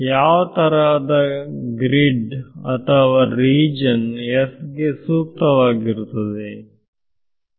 ಯಾವ ತರಹದ ಗ್ರಿಡ್ ಅಥವಾ ರೀಜನ್ S ಗೆ ಸೂಕ್ತವಾಗಿರುತ್ತದೆ